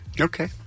Okay